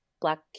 black